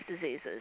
diseases